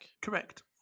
Correct